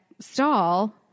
stall